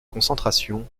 concentration